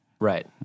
Right